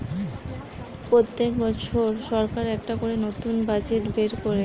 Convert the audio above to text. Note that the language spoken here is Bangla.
পোত্তেক বছর সরকার একটা করে নতুন বাজেট বের কোরে